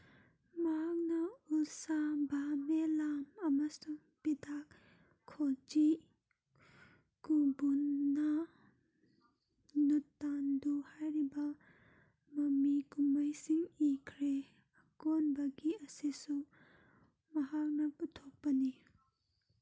ꯃꯍꯥꯛꯅ ꯎꯁꯥꯚꯥꯕꯦꯂꯥ ꯑꯃꯁꯨꯡ ꯄꯤꯗꯥꯈꯣꯆꯤ ꯀꯨꯕꯨꯟꯅꯥ ꯅꯨꯠꯇꯥꯟꯗꯨ ꯍꯥꯏꯔꯤꯕ ꯃꯃꯤ ꯀꯨꯝꯍꯩꯁꯤꯡ ꯏꯈ꯭ꯔꯦ ꯑꯀꯣꯟꯕꯒꯤ ꯑꯁꯤꯁꯨ ꯃꯍꯥꯛꯅ ꯄꯨꯊꯣꯛꯄꯅꯤ